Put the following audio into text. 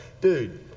dude